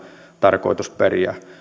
tarkoitusperiä